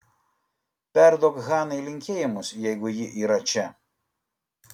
perduok hanai linkėjimus jeigu ji yra čia